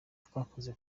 twakoze